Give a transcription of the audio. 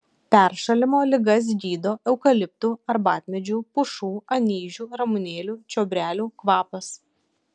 peršalimo ligas gydo eukaliptų arbatmedžių pušų anyžių ramunėlių čiobrelių kvapas